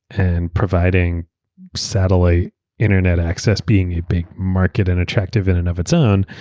and providing satellite internet access being a big market and attractive in and of its own,